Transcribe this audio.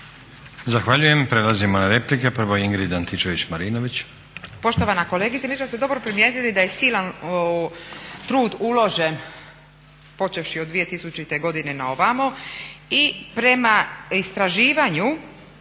Zahvaljujem. Prelazimo na replike. Prvo, Ingrid Antičević-Marinović.